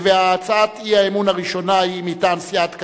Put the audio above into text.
הצעת האי-אמון הראשונה היא מטעם סיעת קדימה,